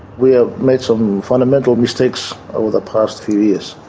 we have made some fundamental mistakes over the past few years.